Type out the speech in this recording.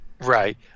right